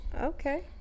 Okay